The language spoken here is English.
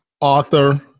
author